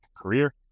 career